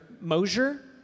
Mosier